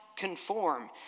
Conform